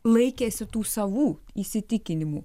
laikėsi tų savų įsitikinimų